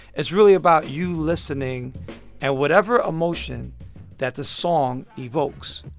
it's really about you listening and whatever emotion that the song evokes.